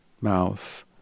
mouth